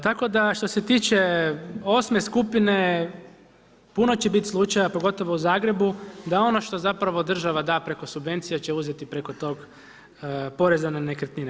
Tako da što se tiče 8.-me skupine, puno će biti slučajeva, pogotovo u Zagrebu da ono što zapravo država da preko subvencija će uzeti preko tog poreza na nekretnine.